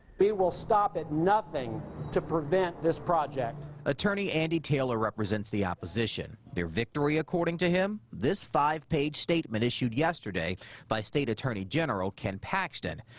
we will stop at nothing to prevent this project. reporter attorney and taylor represents the opposition. their victory, according to him? this five-page statement issued yesterday by state attorney general ken paxton.